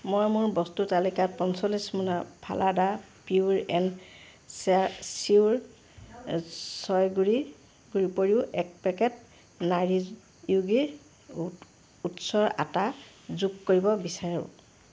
মই মোৰ বস্তুৰ তালিকাত পঞ্চল্লিছ মোনা Phalada pure and sure soy গুড়িৰ উপৰিও এক পেকেট নাটী য়োগী ওটছৰ আটা যোগ কৰিব বিচাৰোঁ